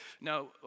No